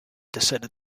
decided